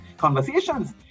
Conversations